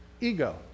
Ego